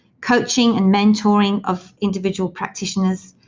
coaching and mentoring of individual practitioners